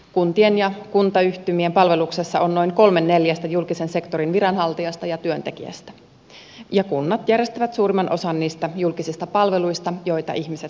kuntien ja kuntayhtymien palveluksessa on noin kolme neljästä julkisen sektorin viranhaltijasta ja työntekijästä ja kunnat järjestävät suurimman osan niistä julkisista palveluista joita ihmiset arjessaan tarvitsevat